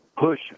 push